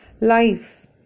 Life